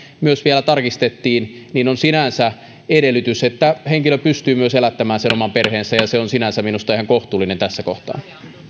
myös vielä tarkistettiin on sinänsä edellytys että henkilö pystyy myös elättämään sen oman perheensä ja se on sinänsä minusta ihan kohtuullinen tässä kohtaa